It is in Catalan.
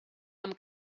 amb